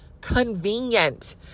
convenient